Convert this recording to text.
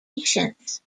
patience